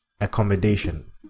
Accommodation